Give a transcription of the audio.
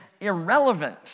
irrelevant